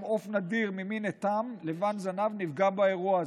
גם עוף נדיר ממין עיטם לבן-זנב נפגע באירוע הזה.